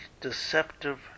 deceptive